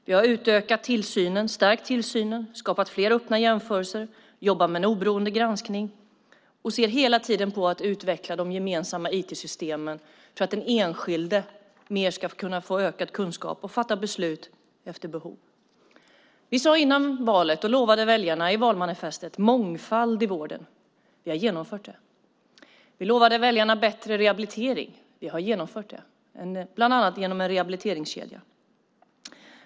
Vi har utökat och stärkt tillsynen, skapat fler öppna jämförelser och jobbat med en oberoende granskning. Vi ser hela tiden på möjligheten att utveckla de gemensamma IT-systemen så att den enskilde kan få ökad kunskap och fatta beslut efter behov. Vi sade innan valet och lovade väljarna i valmanifestet: Mångfald i vården. Vi har genomfört det. Vi lovade väljarna bättre rehabilitering. Vi har genomfört det bland annat med en rehabiliteringskedja.